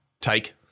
take